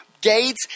Gates